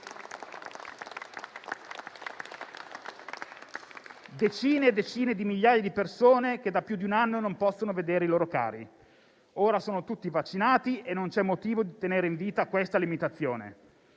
Decine e decine di migliaia di persone da più di un anno non possono vedere i loro cari. Ora sono tutti vaccinati e non c'è motivo di tenere in vita questa limitazione.